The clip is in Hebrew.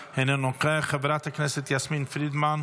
איזה כיף זה להיות בממשלה שאחראית ל-7 באוקטובר.